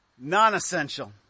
Non-essential